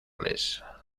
goles